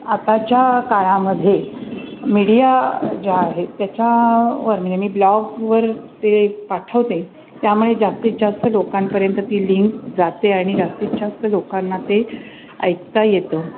आताच्या काळामध्ये मीडिया ज्या आहेत त्याच्यावर म्हणजे मी ब्लॉगवर ते पाठवते त्यामुळे जास्तीत जास्त लोकांपर्यंत ती लिंक जाते आणि जास्तीत जास्त लोकांना ते ऐकता येतं